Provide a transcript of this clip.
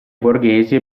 borghesi